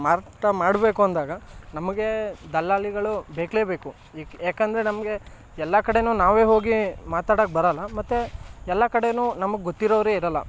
ಮಾರಾಟ ಮಾಡಬೇಕು ಅಂದಾಗ ನಮಗೆ ದಲ್ಲಾಳಿಗಳು ಬೇಕೇಬೇಕು ಏಕೆ ಯಾಕೆಂದರೆ ನಮಗೆ ಎಲ್ಲ ಕಡೆಯೂ ನಾವೇ ಹೋಗಿ ಮಾತಾಡೋಕೆ ಬರೋಲ್ಲ ಮತ್ತು ಎಲ್ಲ ಕಡೆಯೂ ನಮಗೆ ಗೊತ್ತಿರೋರೆ ಇರೋಲ್ಲ